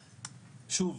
שוב,